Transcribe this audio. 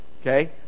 Okay